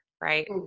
right